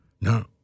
No